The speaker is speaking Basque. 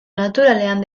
naturalean